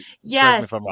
Yes